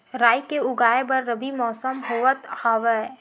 राई के उगाए बर रबी मौसम होवत हवय?